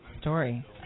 story